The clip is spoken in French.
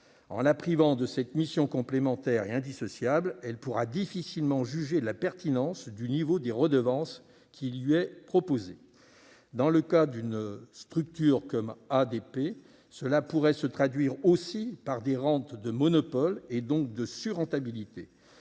En la privant de cette mission complémentaire et indissociable, elle pourra difficilement juger de la pertinence du niveau des redevances qui lui est proposé. Dans le cas d'une structure comme Aéroports de Paris (ADP), cela pourrait aussi se traduire par des rentes de monopole, donc une surrentabilité.